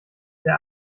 der